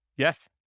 Yes